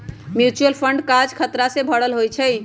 mutual fund काज़ खतरा से भरल होइ छइ